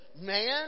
man